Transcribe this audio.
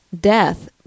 death